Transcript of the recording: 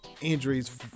injuries